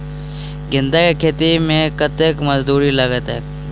गेंदा केँ खेती मे कतेक मजदूरी लगतैक?